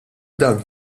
dan